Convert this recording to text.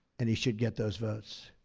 and he should get those votes.